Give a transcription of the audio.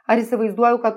ar įsivaizduoju kad